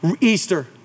Easter